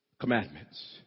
commandments